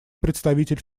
представитель